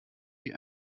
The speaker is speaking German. die